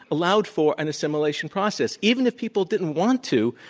allowed for an assimilation process. even if people didn't want to,